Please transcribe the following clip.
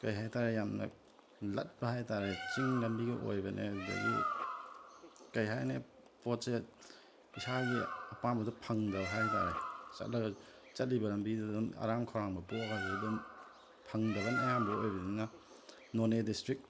ꯀꯔꯤ ꯍꯥꯏ ꯇꯥꯔꯦ ꯌꯥꯝꯅ ꯂꯠꯄ ꯍꯥꯏ ꯇꯥꯔꯦ ꯆꯤꯡ ꯂꯝꯕꯤꯒ ꯑꯣꯏꯕꯅꯦ ꯑꯗꯒꯤ ꯀꯔꯤ ꯍꯥꯏꯅꯤ ꯄꯣꯠꯁꯦ ꯏꯁꯥꯒꯤ ꯑꯄꯥꯝꯕꯗꯨ ꯐꯪꯗꯕ ꯍꯥꯏ ꯇꯥꯔꯦ ꯆꯠꯂꯒ ꯆꯠꯂꯤꯕ ꯂꯝꯕꯤꯗꯨꯗ ꯑꯗꯨꯝ ꯑꯔꯥꯝ ꯈꯧꯔꯥꯡꯕ ꯄꯣꯛꯂꯒ ꯑꯗꯨꯗ ꯑꯗꯨꯝ ꯐꯪꯗꯕꯅ ꯑꯌꯥꯝꯕ ꯑꯣꯏꯕꯅꯤꯅ ꯅꯣꯅꯦ ꯗꯤꯁꯇ꯭ꯔꯤꯛ